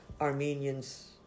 Armenians